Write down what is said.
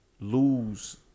lose